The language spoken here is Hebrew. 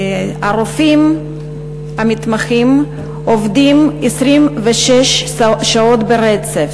הרופאים המתמחים עובדים 26 שעות ברצף.